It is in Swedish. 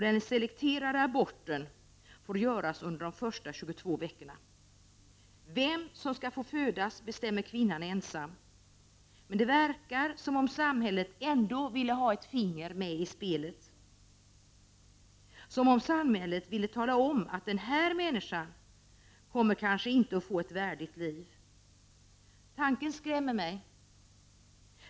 De selekterade aborterna får göras under de första 22 veckorna. Vem som skall få födas bestämmer kvinnan ensam. Men det verkar som om samhället ändå ville ha ett finger med i spelet, som om samhället ville tala om att den här människan inte kommer att få ett värdigt liv. Tanken skrämmer mig.